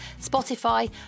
Spotify